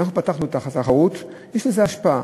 וכשאנחנו פתחנו תחרות, יש לזה השפעה.